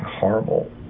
Horrible